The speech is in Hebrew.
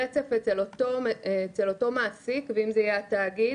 רצף אצל אותו מעסיק ואם זה יהיה התאגיד,